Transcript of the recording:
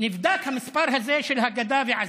נבדק המספר הזה של הגדה ועזה.